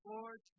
Lord